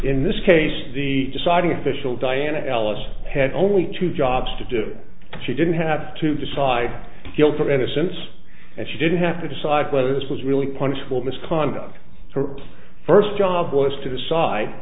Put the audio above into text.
in this case the deciding official diana ellis had only two jobs to do she didn't have to decide guilt or innocence and she didn't have to decide whether this was really punishable misconduct her first job was to